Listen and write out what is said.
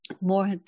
more